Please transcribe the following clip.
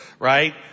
Right